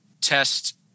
test